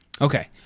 Okay